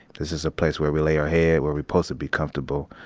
this is a place where we lay our head where we posed to be comfortable,